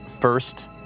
first